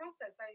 process